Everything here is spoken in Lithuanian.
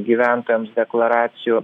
gyventojams deklaracijų